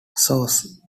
source